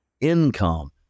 income